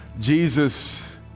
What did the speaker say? Jesus